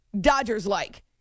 Dodgers-like